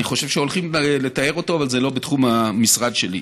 אני חושב שהולכים לטהר אותו אבל זה לא בתחום המשרד שלי.